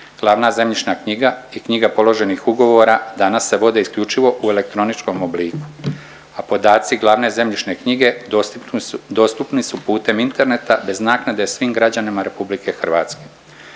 Glavna zemljišna knjiga i knjiga položenih ugovora danas se vode isključivo u elektroničkom obliku, a podaci glavne zemljišne knjige dostupni su putem interneta bez naknade svim građanima Republike Hrvatske.